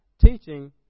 teaching